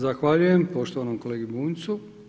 Zahvaljujem poštovanom kolegi Bunjcu.